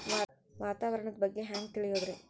ವಾತಾವರಣದ ಬಗ್ಗೆ ಹ್ಯಾಂಗ್ ತಿಳಿಯೋದ್ರಿ?